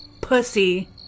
pussy